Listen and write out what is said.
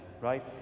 right